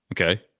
Okay